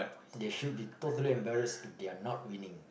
they should be totally embarrassed if they are not winning